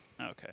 Okay